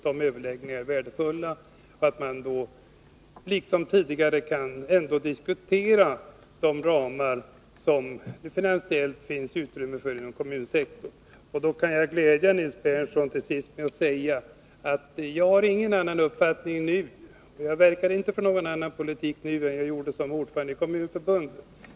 Dessa överläggningar är värdefulla, och det gäller här liksom tidigare att diskutera de finansiella ramarna för kommunsektorn. Jag kan då glädja Nils Berndtson med att säga att jag inte har någon annan uppfattning nu och inte verkar för någon annan politik nu än jag gjorde som ordförande i Kommunförbundet.